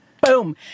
boom